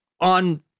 on